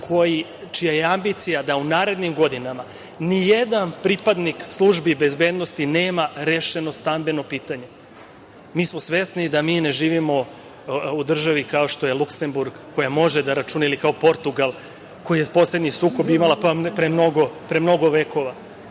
čija je ambicija da u narednim godinama ni jedan pripadnik službi bezbednosti nema nerešeno stambeno pitanje. Mi smo svesni da mi ne živimo u državi kao što je Luksemburg koja može da računa, ili kao Portugal koji je poslednji sukob imala pre mnogo vekova. Mi